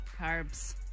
Carbs